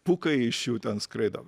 pūkai iš jų ten skraido